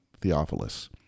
Theophilus